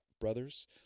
brothers